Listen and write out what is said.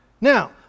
now